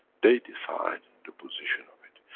they decide the position of it.